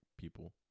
people